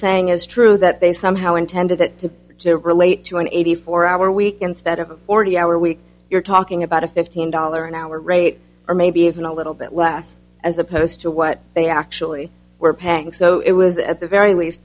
saying is true that they somehow intended it to relate to an eighty four hour week instead of a forty hour week you're talking about a fifteen dollar an hour rate or maybe even a little bit less as opposed to what they actually were packing so it was at the very least